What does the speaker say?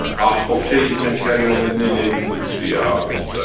ah okay, you can carry on we're nearly in to three hours.